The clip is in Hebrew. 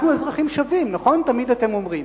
אנחנו אזרחים שווים, תמיד אתם אומרים.